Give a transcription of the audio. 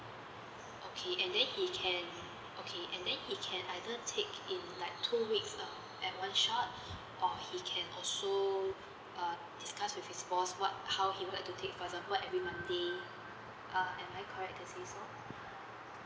okay and then he can okay and then he can either take in like two weeks uh at one shot or he can also uh discuss with his boss what how he would like to take for example every monday uh am I correct to say so